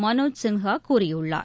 மனோஜ் சின்ஹா கூறியுள்ளார்